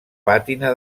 pàtina